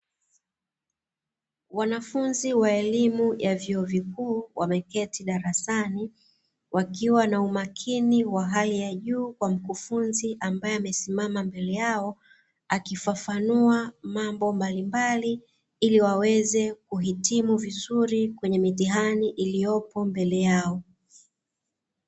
Wanafunzi wa elimu ya vyuo vikuu wameketi darasani, wakiwa na umakini wa hali ya juu kwa mkufunzi ambae amesimama mbele yao, akifafanua mambo mbalimbali ili waweze kuhitimu vizuri mitihani iliyopo mbele yao.